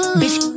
bitch